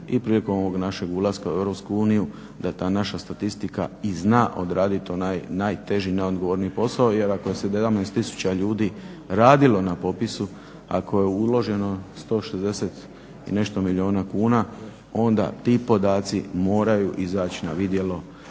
i prilikom ovog našeg ulaska u Europsku uniju da ta naša statistika i zna odradit onaj najteži, najodgovorniji posao jer ako je 17000 ljudi radilo na popisu, ako je uloženo 160 i nešto milijuna kuna onda ti podaci moraju izaći na vidjelo